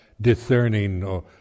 discerning